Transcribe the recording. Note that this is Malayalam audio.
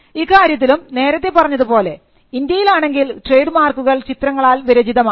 ഇക്കാര്യത്തിലും നേരത്തെ പറഞ്ഞതുപോലെ ഇന്ത്യയിലാണെങ്കിൽ ട്രേഡ് മാർക്കുകൾ ചിത്രങ്ങളാൽ വിരചിതം ആകണം